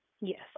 Yes